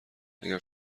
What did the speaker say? اگر